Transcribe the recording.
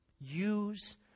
Use